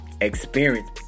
experience